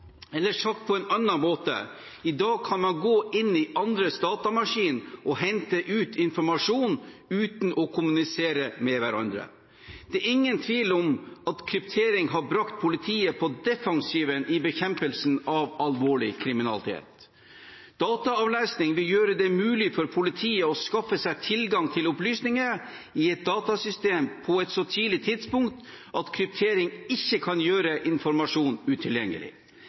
Eller sagt på en annen måte: I dag kan man gå inn på andres datamaskin og hente ut informasjon uten å kommunisere med hverandre. Det er ingen tvil om at kryptering har brakt politiet på defensiven i bekjempelsen av alvorlig kriminalitet. Dataavlesning vil gjøre det mulig for politiet å skaffe seg tilgang til opplysninger i et datasystem på et så tidlig tidspunkt at kryptering ikke kan gjøre informasjon utilgjengelig.